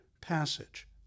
passage